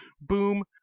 Boom